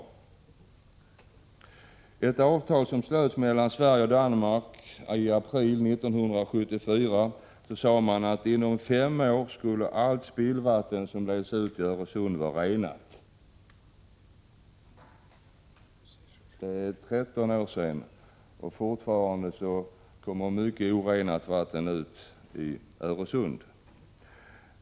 I ett avtal som slöts mellan Sverige och Danmark i april 1974 sade man att inom fem år skulle allt spillvatten som leds ut i Öresund vara renat. Det är 13 år sedan, och fortfarande kommer mycket orenat vatten ut i Öresund.